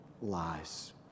lies